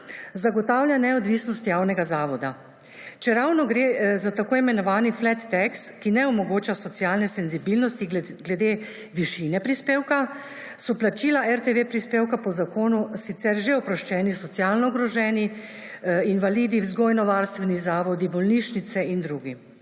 zagotavlja neodvisnost javnega zavoda. Čeravno gre za tako imenovani flat tax, ki ne omogoča socialne senzibilnosti glede višine prispevka, so plačila RTV prispevka po zakonu sicer že oproščeni socialno ogroženi, invalidi, vzgojno-varstveni zavodi, bolnišnice in drugi.